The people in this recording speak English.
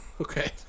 Okay